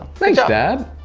thanks, dad.